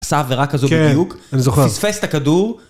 עשה עבירה כזו בדיוק. כן, אני זוכר. פיספס את הכדור.